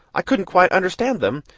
i couldn't quite understand them,